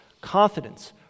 confidence